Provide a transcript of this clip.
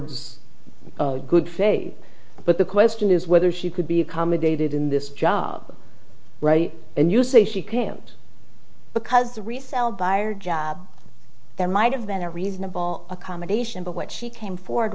ford's good faith but the question is whether she could be accommodated in this job and you say she can't because the resale dire job there might have been a reasonable accommodation but what she came forward